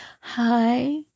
hi